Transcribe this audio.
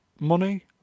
money